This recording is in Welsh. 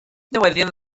newyddion